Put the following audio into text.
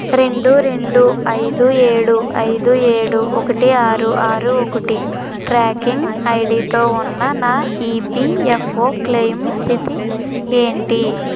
రెండు రెండు ఐదు ఏడు ఐదు ఏడు ఒకటి ఆరు ఆరు ఒకటి ట్రాకింగ్ ఐడితో ఉన్న నా ఇపియఫ్ఓ క్లెయిమ్ స్థితి ఏంటి